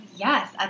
Yes